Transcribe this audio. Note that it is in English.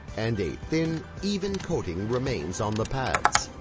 and a thin, even coating remains on the pads.